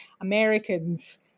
Americans